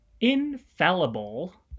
infallible